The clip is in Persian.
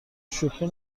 شوخی